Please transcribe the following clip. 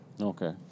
Okay